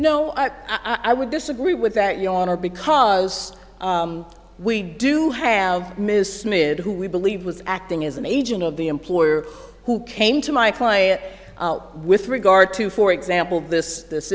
no i would disagree with that you honor because we do have ms smith who we believe was acting as an agent of the employer who came to my client with regard to for example this this